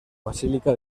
basílica